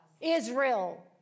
Israel